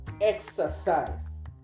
exercise